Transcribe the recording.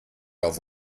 auf